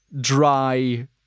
dry